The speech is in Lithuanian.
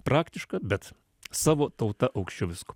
praktiška bet savo tauta aukščiau visko